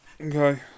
okay